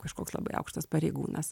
kažkoks labai aukštas pareigūnas